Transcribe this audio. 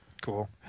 Cool